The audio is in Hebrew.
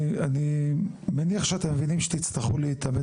אני מניח שאתם מבינים שאתם תצטרכו להתעמת